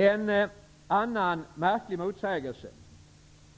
En annan märklig motsägelse